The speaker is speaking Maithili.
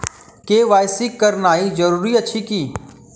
के.वाई.सी करानाइ जरूरी अछि की?